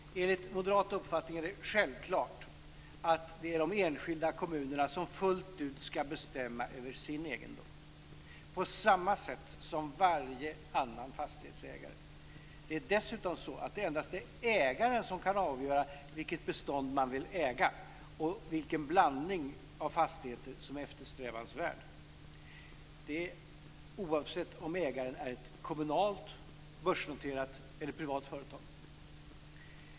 Enligt moderat uppfattning är det självklart att det är de enskilda kommunerna som fullt ut skall bestämma över sin egendom, på samma sätt som varje annan fastighetsägare. Det är dessutom så att det endast är ägaren som kan avgöra vilket bestånd man vill äga och vilken blandning av fastigheter som är eftersträvansvärd - det oavsett om ägaren är ett kommunalt, börsnoterat eller privat företag.